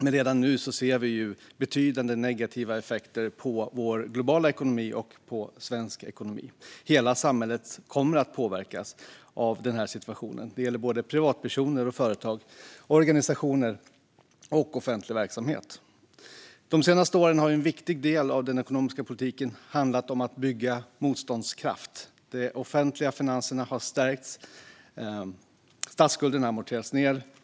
Men redan nu ser vi betydande negativa effekter på global och svensk ekonomi. Hela samhället kommer att påverkas av denna situation. Det gäller såväl privatpersoner som företag, organisationer och offentlig verksamhet. De senaste åren har en viktig del av den ekonomiska politiken handlat om att bygga motståndskraft. De offentliga finanserna har stärkts. Statsskulden har amorterats ned.